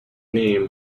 name